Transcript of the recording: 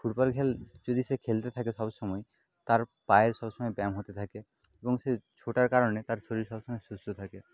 football যদি যে খেলতে থাকে সবসময় তার পায়ের সবসময় ব্যায়াম হতে থাকে এবং সে ছোটার কারণে তার শরীর সব সময় সুস্থ থাকে